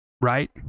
Right